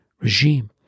regime